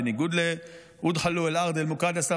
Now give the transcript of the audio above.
בניגוד לאודחאלו אל-ארד אל-מוקדסה,